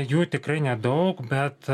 jų tikrai nedaug bet